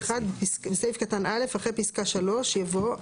(א)בסעיף קטן (א), אחרי פסקה (3) יבוא: